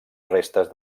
restes